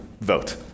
vote